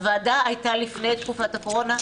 הוועדה הייתה לפני תקופת הקורונה,